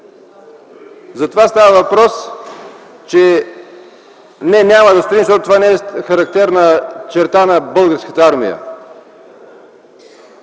За това става въпрос. Ние няма да строим, защото това не е характерна черта на Българската армия.